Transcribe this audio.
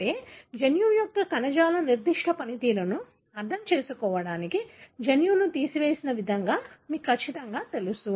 అంటే జన్యువు యొక్క కణజాల నిర్దిష్ట పనితీరును అర్థం చేసుకోవడానికి జన్యువును తీసివేసే విధానం మీకు ఖచ్చితంగా తెలుసు